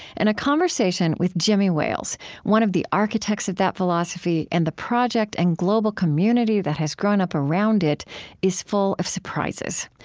and a conversation with jimmy wales one of the architects of that philosophy and the project and global community that has grown up around it is full of surprises.